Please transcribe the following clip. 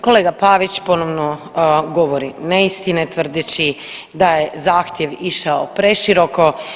Kolega Pavić ponovno govori neistine tvrdeći da je zahtjev išao preširoko.